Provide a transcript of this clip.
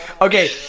Okay